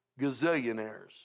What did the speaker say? gazillionaires